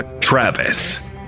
Travis